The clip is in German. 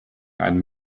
einen